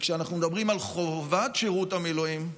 ואנחנו מדברים על חובת שירות המילואים.